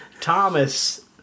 Thomas